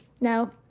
Now